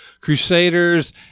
crusaders